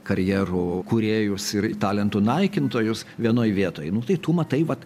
karjerų kūrėjus ir talentų naikintojus vienoj vietoj nu tai tu matai vat